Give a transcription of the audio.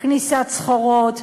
כניסת סחורות,